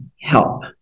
help